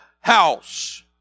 house